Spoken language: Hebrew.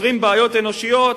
ופותרים בעיות אנושיות